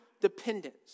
dependence